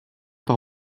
par